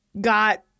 got